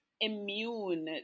immune